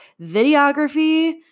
videography